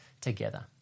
together